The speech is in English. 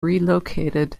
relocated